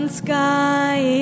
sky